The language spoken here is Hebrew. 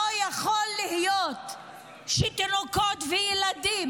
לא יכול להיות שתינוקות וילדים,